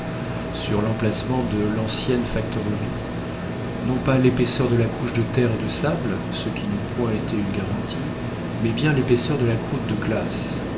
sur l'emplacement de l'ancienne factorerie non pas l'épaisseur de la couche de terre et de sable ce qui n'eût point été une garantie mais bien l'épaisseur de la croûte de glace